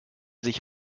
sich